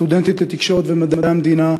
סטודנטית לתקשורת ומדעי המדינה,